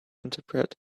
interpret